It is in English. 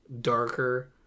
darker